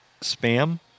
spam